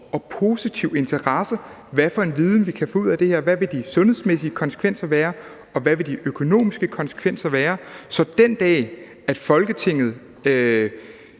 og positiv interesse og se, hvad for en viden vi kan få ud af det her, hvad de sundhedsmæssige konsekvenser vil være, og hvad de økonomiske konsekvenser vil være. Så den dag Folketinget